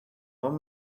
want